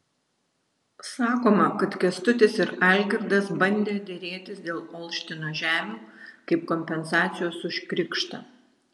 sakoma kad kęstutis ir algirdas bandę derėtis dėl olštino žemių kaip kompensacijos už krikštą